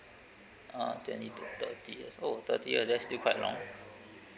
uh twenty to thirty years oh thirty years that's still quite long